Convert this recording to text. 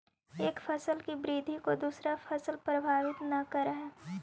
एक फसल की वृद्धि को दूसरा फसल प्रभावित न करअ हई